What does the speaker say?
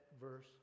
verse